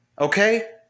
okay